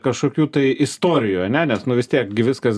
kašokių tai istorijų ane nes nu vis tiek gi viskas